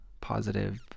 positive